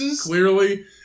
Clearly